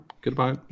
goodbye